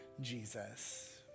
Jesus